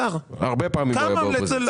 הרבה פעמים הוא היה באופוזיציה.